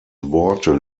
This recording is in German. worte